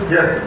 Yes